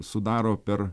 sudaro per